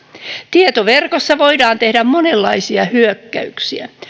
tietoverkossa voidaan tehdä monenlaisia hyökkäyksiä